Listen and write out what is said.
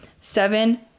seven